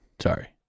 Sorry